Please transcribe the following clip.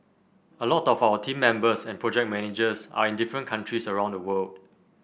a lot of our team members and project managers are in different countries around the world